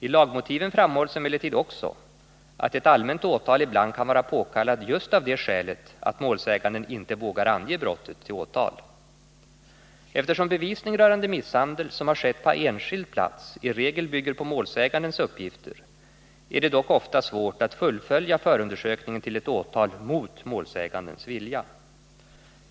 I lagmotiven framhålls emellertid också att ett allmänt åtal ibland kan vara påkallat just av det skälet att målsäganden inte vågar ange brottet till åtal. Eftersom bevisning rörande misshandel som har skett på enskild plats i regel bygger på målsägandens uppgifter, är det dock ofta svårt att fullfölja förundersökningen till ett åtal mot målsägandens vilja.